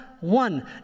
one